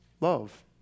love